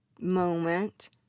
moment